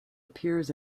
appears